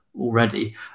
already